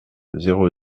zéro